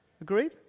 Agreed